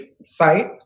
site